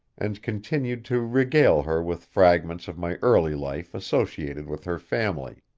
and continued to regale her with fragments of my early life associated with her family.